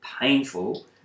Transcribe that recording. painful